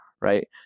right